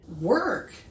Work